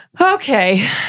Okay